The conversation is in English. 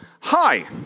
Hi